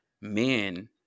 men